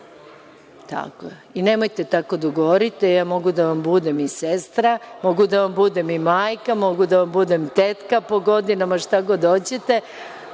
Tako je i nemojte tako da govorite. Ja mogu da vam budem i sestra. Mogu da vam budem i majka, tetka po godinama, šta god hoćete